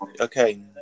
Okay